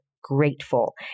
grateful